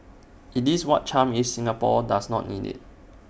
IT is what charm is Singapore does not need IT